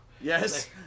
Yes